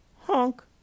Honk